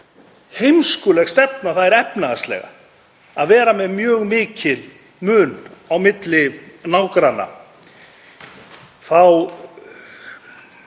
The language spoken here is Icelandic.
heimskuleg stefna það er efnahagslega að vera með mjög mikinn mun á milli nágranna.